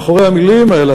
מאחורי המילים האלה,